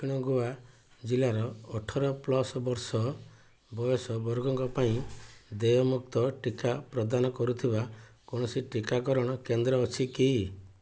ଦକ୍ଷିଣ ଗୋଆ ଜିଲ୍ଲାର ଅଠର ପ୍ଲସ୍ ବର୍ଷ ବୟସ ବର୍ଗଙ୍କ ପାଇଁ ଦେୟମୁକ୍ତ ଟିକା ପ୍ରଦାନ କରୁଥିବା କୌଣସି ଟିକାକରଣ କେନ୍ଦ୍ର ଅଛି କି